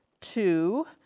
Two